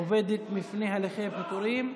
עובדת מפני הליכי פיטורים)